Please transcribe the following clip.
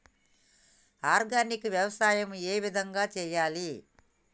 Organic వ్యవసాయం ఏ విధంగా చేయాలి?